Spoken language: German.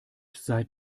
sei